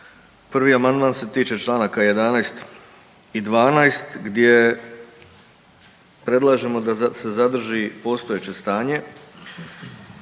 Prvi amandman se tiče čl. 11. i 12. gdje predlažemo da se zadrži postojeće stanje